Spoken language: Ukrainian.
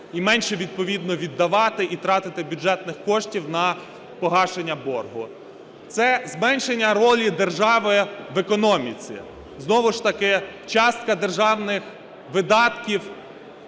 і менше відповідно віддавати, і тратити бюджетних коштів на погашення боргу. Це зменшення ролі держави в економіці. Знову ж таки частка державних видатків